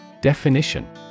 Definition